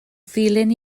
ddulyn